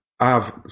Av